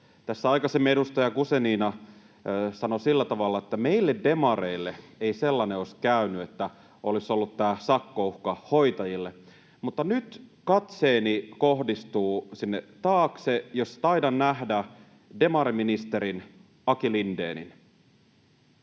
aikaisemmin edustaja Guzenina sanoi sillä tavalla, että meille demareille ei sellainen olisi käynyt, että olisi ollut tämä sakkouhka hoitajille, mutta nyt katseeni kohdistuu sinne taakse, jossa taidan nähdä demariministeri Aki Lindénin.